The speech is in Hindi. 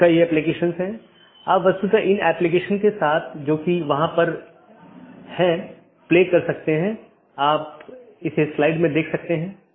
यहां R4 एक स्रोत है और गंतव्य नेटवर्क N1 है इसके आलावा AS3 AS2 और AS1 है और फिर अगला राउटर 3 है